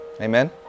Amen